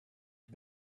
the